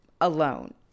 alone